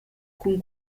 cun